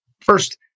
first